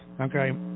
Okay